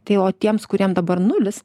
tai o tiems kuriem dabar nulis